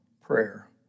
prayer